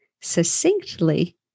succinctly